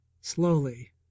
slowly